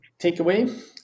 takeaway